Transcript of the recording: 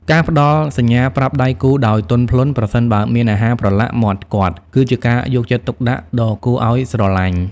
ការផ្ដល់សញ្ញាប្រាប់ដៃគូដោយទន់ភ្លន់ ប្រសិនបើមានអាហារប្រឡាក់មាត់គាត់ គឺជាការយកចិត្តទុកដាក់ដ៏គួរឱ្យស្រឡាញ់។